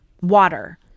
Water